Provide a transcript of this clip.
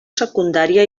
secundària